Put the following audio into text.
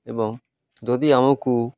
ଏବଂ ଯଦି ଆମକୁ